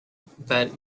that